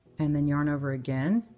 and then yarn over again,